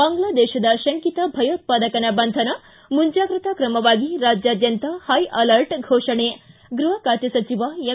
ಬಾಂಗ್ನಾದೇಶದ ಶಂಕಿತ ಭಯೋತ್ವಾದಕನ ಬಂಧನ ಮುಂಜಾಗ್ರತಾ ಕ್ರಮವಾಗಿ ರಾಜ್ಯಾದ್ಯಂತ ಹೈ ಅಲರ್ಟ್ ಫೋಷಣೆ ಗೃಹ ಖಾತೆ ಸಚಿವ ಎಂ